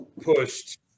pushed